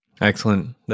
Excellent